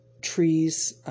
trees